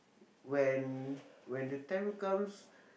when when the time comes